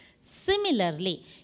Similarly